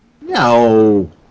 No